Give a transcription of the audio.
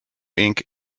ink